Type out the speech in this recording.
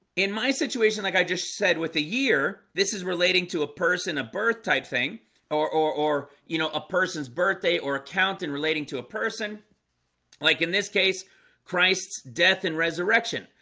in my situation like i just said with a year this is relating to a person a birth type thing or or or, you know, a person's birthday or account and relating to a person like in this case christ's death and resurrection.